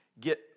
get